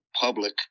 public